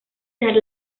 per